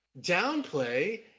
downplay